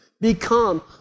Become